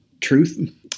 truth